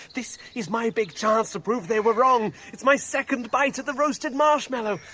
this is my big chance to prove they were wrong. it's my second bite at the roasted marshmallow.